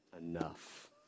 enough